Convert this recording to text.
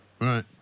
Right